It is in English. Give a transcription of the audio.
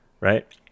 right